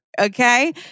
Okay